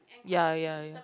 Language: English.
ya ya ya